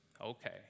okay